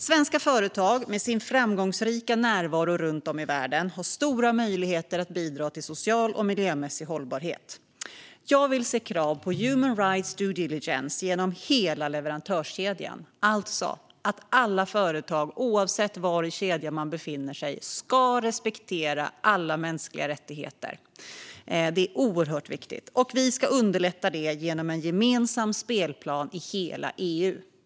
Svenska företag har med sin framgångsrika närvaro runt om i världen stora möjligheter att bidra till social och miljömässig hållbarhet. Jag vill se krav på human rights due diligence genom hela leverantörskedjan. Det handlar alltså om att alla företag, oavsett var i kedjan de befinner sig, ska respektera alla mänskliga rättigheter. Det är oerhört viktigt. Vi ska underlätta detta genom en gemensam spelplan i hela EU.